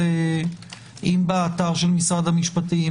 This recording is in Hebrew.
אם באתר של משרד המשפטים,